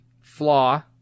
flaw